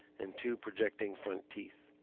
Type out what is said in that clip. and two projecting front teeth.